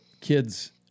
kids